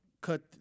cut